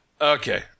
Okay